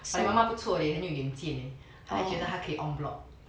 but 你妈妈不错嘞很有眼见他还觉得他可以 en bloc